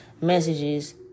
messages